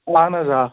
اہَن حظ آ